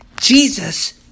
Jesus